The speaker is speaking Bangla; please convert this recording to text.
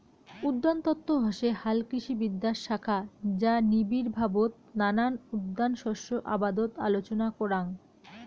উদ্যানতত্ত্ব হসে হালকৃষিবিদ্যার শাখা যা নিবিড়ভাবত নানান উদ্যান শস্য আবাদত আলোচনা করাং